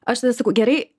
aš tada sakau gerai